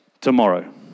tomorrow